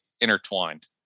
intertwined